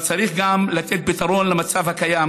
אבל צריך גם לתת פתרון למצב הקיים,